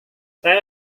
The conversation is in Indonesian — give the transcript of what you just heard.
saya